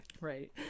right